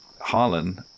Harlan